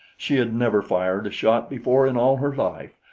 she had never fired a shot before in all her life,